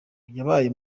yabaye